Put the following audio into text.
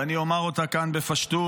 ואני אומר אותה כאן בפשטות: